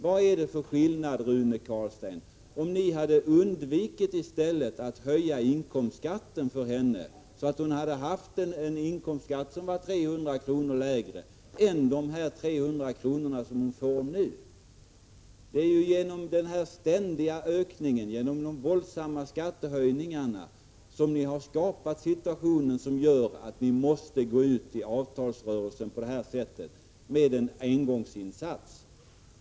Vad är det för skillnad om ni i stället undvikit att höja inkomstskatten för henne, så att hon haft en inkomstskatt som var 300 kr. lägre, jämfört med de 300 kr. som hon får nu? Det är ju genom dessa våldsamma skattehöjningar som ni skapat den situation som gör att ni måste gå ut i avtalsrörelsen på det här sättet med en engångsinsats.